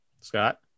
Scott